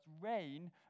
Rain